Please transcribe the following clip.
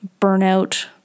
burnout